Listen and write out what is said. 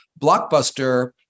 Blockbuster